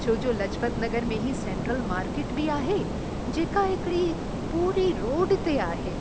छोजो लाजपत नगर में ई सेंट्रल मार्केट बि आहे जेका हिकिड़ी पूरी रोड ते आहे